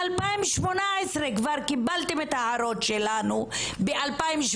ב-2018 כבר קיבלתם את ההערות שלנו, ב-2017.